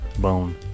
bone